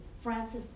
Francis